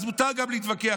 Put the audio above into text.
אז מותר גם להתווכח,